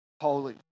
holy